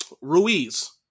Ruiz